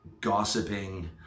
gossiping